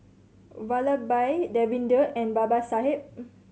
Vallabhbhai Davinder and Babasaheb